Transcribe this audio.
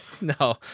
No